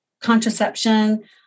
contraception